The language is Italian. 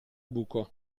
buco